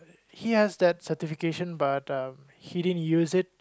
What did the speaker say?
he has that certificate but um he didn't use it